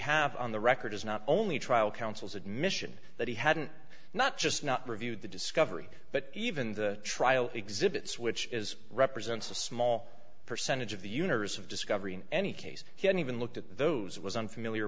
have on the record is not only trial counsel's admission that he hadn't not just not reviewed the discovery but even the trial exhibits which is represents a small percentage of the universe of discovery in any case he had even looked at those it was unfamiliar